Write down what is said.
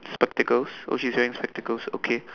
spectacles oh she's wearing spectacles okay